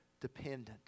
dependent